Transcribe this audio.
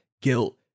guilt